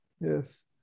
Yes